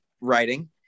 writing